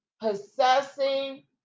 possessing